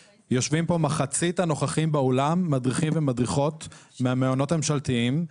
מחצית הנוכחים באולם מדריכים ומדריכות מהמעונות הממשלתיים,